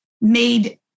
made